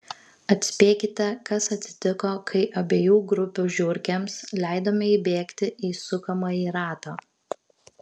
atspėkite kas atsitiko kai abiejų grupių žiurkėms leidome įbėgti į sukamąjį ratą